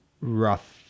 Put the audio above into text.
rough